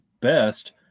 best